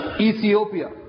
Ethiopia